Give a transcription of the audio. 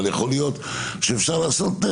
אבל יכול להיות שאפשר לעשות טסט.